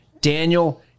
Daniel